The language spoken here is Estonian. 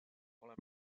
oleme